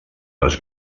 les